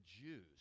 Jews